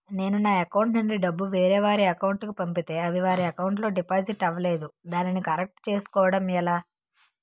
నేను నా అకౌంట్ నుండి డబ్బు వేరే వారి అకౌంట్ కు పంపితే అవి వారి అకౌంట్ లొ డిపాజిట్ అవలేదు దానిని కరెక్ట్ చేసుకోవడం ఎలా?